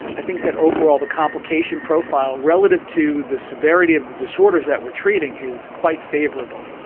i think that overall the complication profile relative to the severity of the disorders that we're treating is quite favourable.